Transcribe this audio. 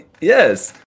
yes